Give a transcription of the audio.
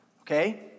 okay